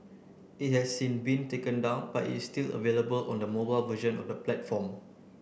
it has since been taken down but it is still available on the mobile version of the platform